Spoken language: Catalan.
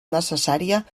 necessària